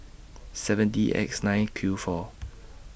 seven D X nine Q four